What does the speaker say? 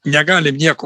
negali nieko